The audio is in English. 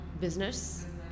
business